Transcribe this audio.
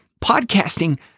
podcasting